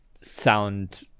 sound